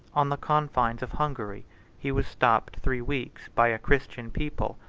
on the confines of hungary he was stopped three weeks by a christian people,